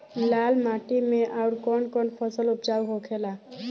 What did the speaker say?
लाल माटी मे आउर कौन कौन फसल उपजाऊ होखे ला?